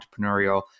entrepreneurial